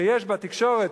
שיש בתקשורת,